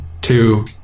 two